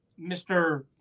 Mr